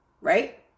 Right